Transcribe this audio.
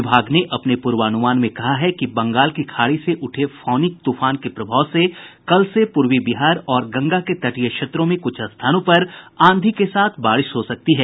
विभाग ने अपने पूर्वानुमान में कहा है कि बंगाल की खाड़ी से उठे फौनी तूफान के प्रभाव से कल से पूर्वी बिहार और गंगा के तटीय क्षेत्रों में कुछ स्थानों पर आंधी के साथ बारिश होने की सम्भावना है